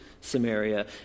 Samaria